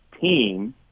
team